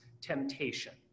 temptation